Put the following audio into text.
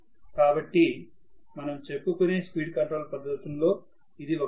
కాబట్టి మనం చెప్పుకునే స్పీడ్ కంట్రోల్ పద్ధతుల్లో ఇది ఒకటి